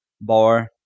bar